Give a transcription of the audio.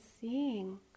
seeing